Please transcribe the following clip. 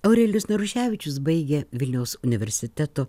aurelijus naruševičius baigė vilniaus universiteto